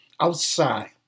Outside